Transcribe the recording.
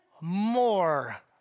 more